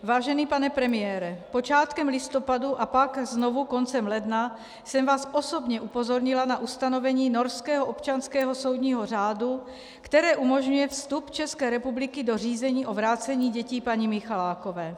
Vážený pane premiére, počátkem listopadu a pak znovu koncem ledna jsem vás osobně upozornila na ustanovení norského občanského soudního řádu, které umožňuje vstup České republiky do řízení o vrácení dětí paní Michalákové.